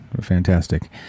Fantastic